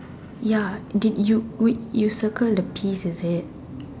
ya did you we you circled the peas is it